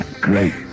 Great